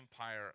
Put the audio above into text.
empire